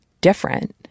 different